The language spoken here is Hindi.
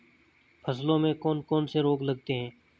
फसलों में कौन कौन से रोग लगते हैं?